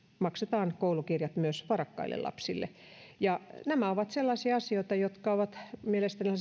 maksetaan koulukirjat myös varakkaille lapsille nämä ovat sellaisia asioita jotka ovat mielestäni